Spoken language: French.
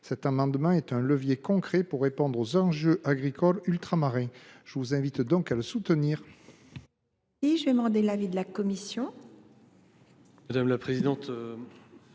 Cet amendement est un levier concret pour répondre aux enjeux agricoles ultramarins. Je vous invite donc à le soutenir.